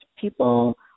people